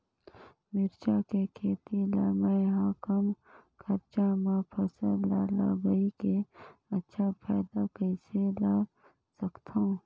मिरचा के खेती ला मै ह कम खरचा मा फसल ला लगई के अच्छा फायदा कइसे ला सकथव?